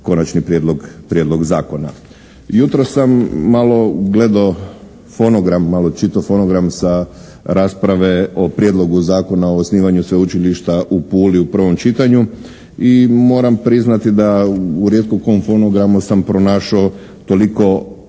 prijedlog zakona. Jutros sam malo gledao fonogram, malo čitao fonogram sa rasprave o Prijedlogu zakona o osnivanju Sveučilišta u Puli, u prvom čitanju i moram priznati da u rijetko kom fonogramu sam pronašao toliko